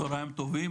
צהריים טובים,